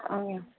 ஆ